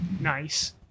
nice